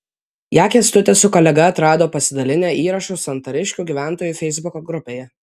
ją kęstutis su kolega atrado pasidalinę įrašu santariškių gyventojų feisbuko grupėje